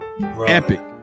Epic